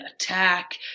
attack